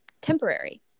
temporary